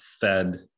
fed